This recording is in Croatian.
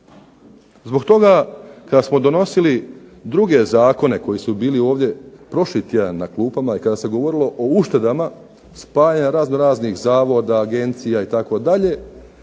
Zbog toga kada smo donosili druge zakone koji su bili prošli tjedan na klupama i kada se govorilo o uštedama, spajanja razno-raznih zavoda, agencija itd.